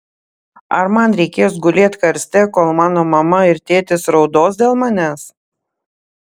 ar man reikės gulėt karste kol mano mama ir tėtis raudos dėl manęs